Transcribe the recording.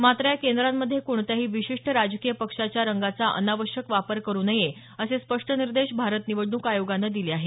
मात्र या केंद्रांमध्ये कोणत्याही विशिष्ट राजकीय पक्षाच्या रंगाचा अनावश्यक वापर करु नये असे स्पष्ट निर्देश भारत निवडणूक आयोगानं दिले आहेत